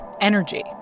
energy